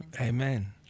Amen